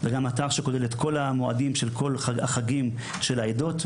וגם אתר שכולל את כל המועדים של כל החגים של העדות.